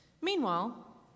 Meanwhile